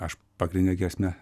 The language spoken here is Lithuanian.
aš pagrindinę grėsmę